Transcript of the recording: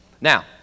Now